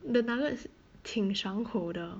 the nuggets 挺爽口的